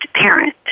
parent